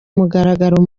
mugaragaro